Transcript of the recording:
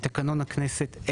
תקנון הכנסת,